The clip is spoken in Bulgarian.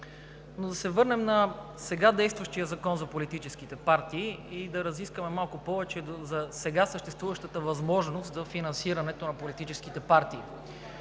Да се върнем на сега действащия Закон за политическите партии и да разискваме малко повече за сега съществуващата възможност за финансирането им. В чл.